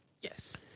Yes